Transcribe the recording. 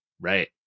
Right